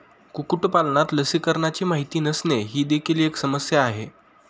कुक्कुटपालनात लसीकरणाची माहिती नसणे ही देखील एक समस्या आहे